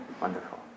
Wonderful